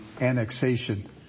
annexation